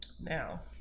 Now